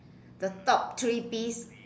the top three piece